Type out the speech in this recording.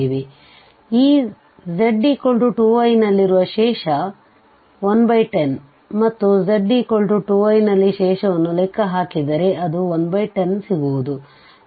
ಆದ್ದರಿಂದ ಈ z2i ನಲ್ಲಿರುವ ಶೇಷ 110ಮತ್ತು z 2i ನಲ್ಲಿ ಶೇಷವನ್ನು ಲೆಕ್ಕ ಹಾಕಿದರೆ ಅದು 110ಸಿಗುವುದು